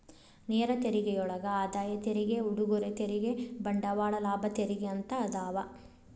ನೇರ ತೆರಿಗೆಯೊಳಗ ಆದಾಯ ತೆರಿಗೆ ಉಡುಗೊರೆ ತೆರಿಗೆ ಬಂಡವಾಳ ಲಾಭ ತೆರಿಗೆ ಅಂತ ಅದಾವ